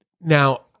Now